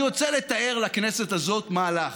אני רוצה לתאר לכנסת הזאת מהלך: